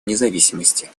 независимости